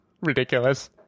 ridiculous